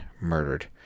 murdered